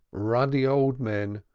ruddy old men,